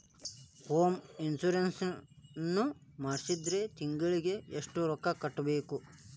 Home insurance ನ ಮಾಡ್ಸಿದ್ರ ತಿಂಗ್ಳಿಗೆ ಎಷ್ಟ್ ರೊಕ್ಕಾ ಕಟ್ಬೇಕ್?